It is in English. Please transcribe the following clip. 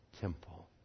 temple